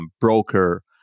broker